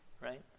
right